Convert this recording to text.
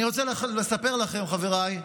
אני רוצה לספר לכם, חבריי,